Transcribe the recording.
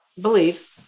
believe